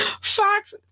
Fox